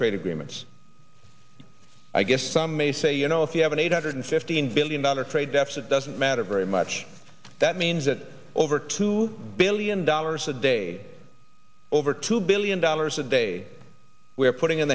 trade agreements i guess some may say you know if you have an eight hundred fifteen billion dollars trade deficit doesn't matter very much that means that over two billion dollars a day over two billion dollars a day we're putting in